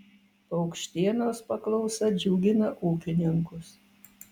paukštienos paklausa džiugina ūkininkus